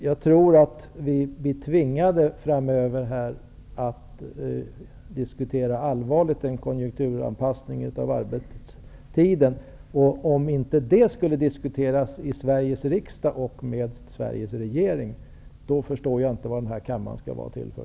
Jag tror att vi här är tvungna att framöver allvarligt diskutera en konjunkturanpassning av arbetstiden. Om det inte kan diskuteras i Sveriges riksdag och med Sveriges regering, förstår jag inte vad den här kammaren skall vara till för.